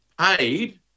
paid